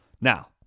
Now